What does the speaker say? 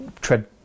tread